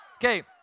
Okay